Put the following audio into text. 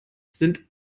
sind